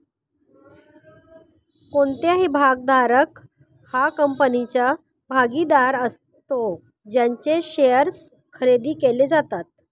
कोणताही भागधारक हा कंपनीचा भागीदार असतो ज्यांचे शेअर्स खरेदी केले जातात